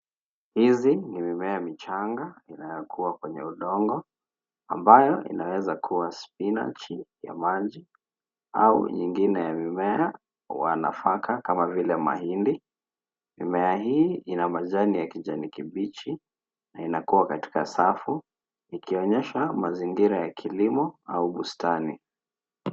Hizi ni mimea michanga inayokua kwenye udongo ambayo inaweza kuwa spinach ya maji au nyingine ya mimea wa nafaka kama vile mahindi. Mimea hii ina majani ya kijani kibichi na inakua katika safu ikionyesha mazingira ya kilimo au bustani.